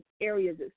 areas